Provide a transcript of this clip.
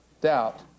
doubt